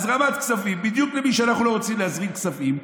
הזרמת כספים בדיוק למי שאנחנו לא רוצים להזרים כספים,